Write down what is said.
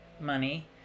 money